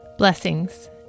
Blessings